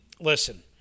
Listen